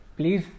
Please